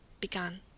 begun